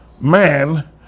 man